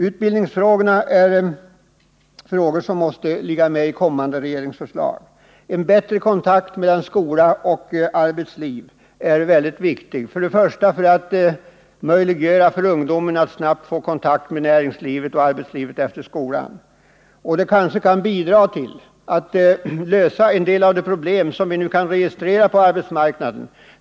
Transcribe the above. Utbildningsfrågorna måste finnas med i kommande regeringsförslag. En bättre kontakt mellan skola och näringsliv är viktig för att möjliggöra för ungdomen att snabbt få kontakt med arbetslivet efter skolan. Det kan bidra tillatt lösa en del av de problem som vi nu kan registrera på arbetsmarknaden.